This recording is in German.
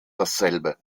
dasselbe